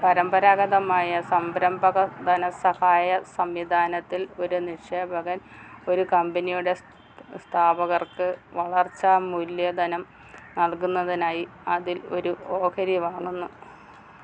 പരമ്പരാഗതമായ സംരംഭക ധനസഹായ സംവിധാനത്തിൽ ഒരു നിക്ഷേപകൻ ഒരു കമ്പനിയുടെ സ്ഥാപകർക്ക് വളർച്ചാ മൂലധനം നൽകുന്നതിനായി അതിൽ ഒരു ഓഹരി വാങ്ങുന്നു